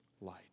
light